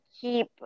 keep